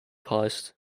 heist